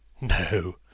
No